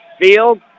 field